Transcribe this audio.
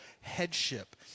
headship